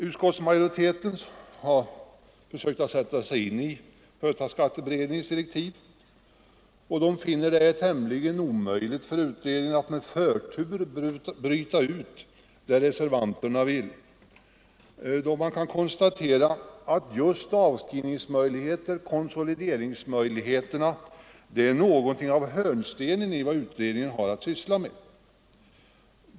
Utskottsmajoriteten, som har försökt sätta sig in i företagsskatteberedningens direktiv, finner det tämligen omöjligt för beredningen att med förtur bryta ut vad reservanterna vill. Just avskrivningsmöjligheterna och konsolideringsmöjligheterna är något av en hörnsten i vad beredningen har att syssla med.